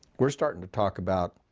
we're starting to talk about,